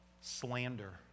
slander